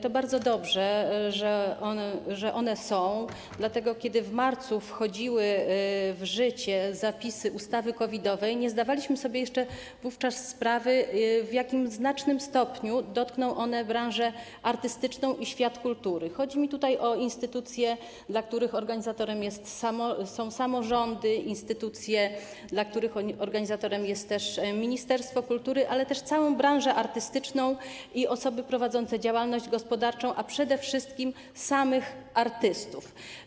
To bardzo dobrze, że one są, dlatego że kiedy w marcu wchodziły w życie zapisy ustawy COVID-owej, nie zdawaliśmy sobie jeszcze wówczas sprawy z tego, w jak znacznym stopniu te kwestie dotkną branży artystycznej i świata kultury - chodzi mi o instytucje, dla których organizatorem są samorządy, instytucje, dla których organizatorem jest też ministerstwo kultury - całej branży artystycznej i osób prowadzących działalność gospodarczą, a przede wszystkim samych artystów.